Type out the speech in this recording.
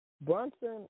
Brunson